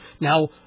Now